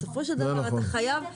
בסופו של דבר אתה חייב אנשים.